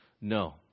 No